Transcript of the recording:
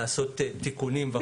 לעשות תיקונים וכו'.